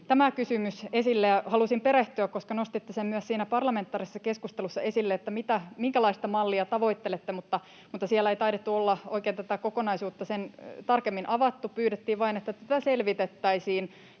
tämä kysymys esille. Halusin perehtyä, koska nostitte myös siinä parlamentaarisessa keskustelussa esille, minkälaista mallia tavoittelette, mutta siellä ei taidettu olla oikein tätä kokonaisuutta sen tarkemmin avattu, pyydettiin vain, että tätä selvitettäisiin.